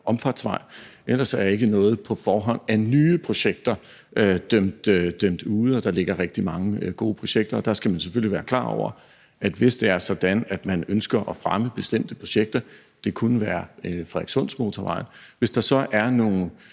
omfartsvej. Ellers er der ikke på forhånd dømt nogen nye projekter ude, og der ligger rigtig mange gode projekter. Der skal man selvfølgelig være klar over, at hvis det er sådan, at man ønsker at fremme bestemte projekter – det kunne være Frederikssundsmotorvejen – og hvis der så er nogle